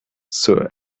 sir